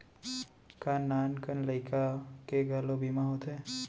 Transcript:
का नान कन लइका के घलो बीमा होथे?